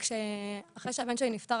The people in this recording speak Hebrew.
אחרי שהבן שלי נפטר,